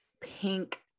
pink